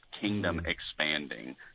kingdom-expanding